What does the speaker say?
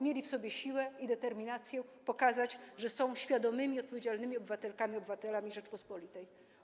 Mieli w sobie siłę i determinację, by pokazać, że są świadomymi i odpowiedzialnymi obywatelkami i obywatelami Rzeczypospolitej.